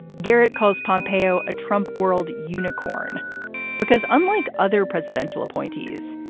garrett calls pompeo a trump world unicorn because unlike other presidential appointees,